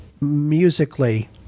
musically